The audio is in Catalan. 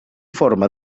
forma